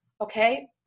Okay